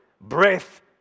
breath